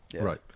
right